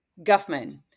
Guffman